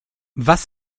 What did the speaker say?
was